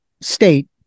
state